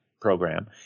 program